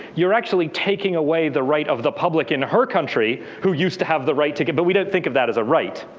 you're actually taking away the right of the public in her country, who used to have the right to give. but we don't think of that as a right.